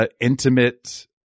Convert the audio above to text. intimate